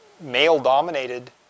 male-dominated